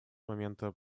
момента